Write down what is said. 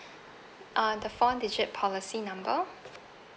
uh the four digit policy number